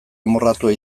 amorratua